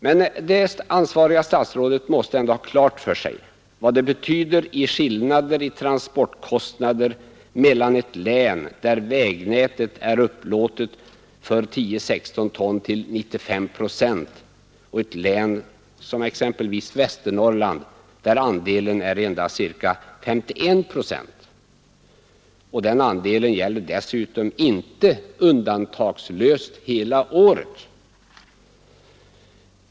Det ansvariga statsrådet måste ändå ha klart för sig vad det betyder i skillnader i transportkostnader mellan ett län där vägnätet är upplåtet för 10/16 ton till 95 procent och ett län, som exempelvis Västernorrland, där andelen är endast ca 51 procent. Denna andel gäller dessutom inte undantagslöst hela året.